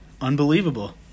Unbelievable